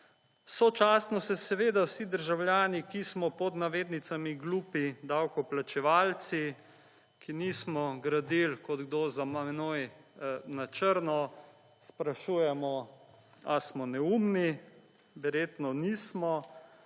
Sočasno se seveda vsi državljani, ki smo pod navednicami glupi davkoplačevalci, ki nismo gradili kot kdo za menoj na črno, sprašujemo ali smo neumni, verjetno nismo.